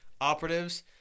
operatives